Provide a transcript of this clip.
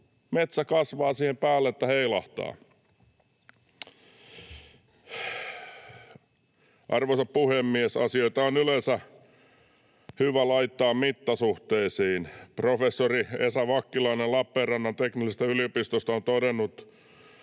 metsä kasvaa siihen päälle niin, että heilahtaa. Arvoisa puhemies! Asioita on yleensä hyvä laittaa mittasuhteisiin. Professori Esa Vakkilainen Lappeenrannan teknillisestä yliopistosta on todennut